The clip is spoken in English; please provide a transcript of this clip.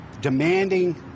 demanding